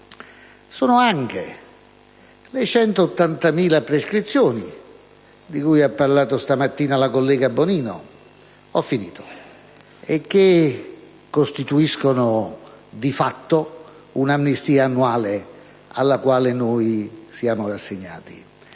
Anche per le 180.000 prescrizioni di cui ha parlato stamattina la collega Bonino e che costituiscono, di fatto, un'amnistia annuale alla quale siamo ormai rassegnati.